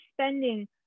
spending